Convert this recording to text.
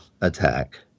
attack